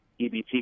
EBT